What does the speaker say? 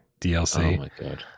DLC